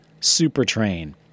SuperTrain